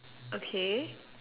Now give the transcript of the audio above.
okay